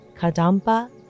Kadampa